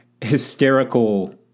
hysterical